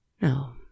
No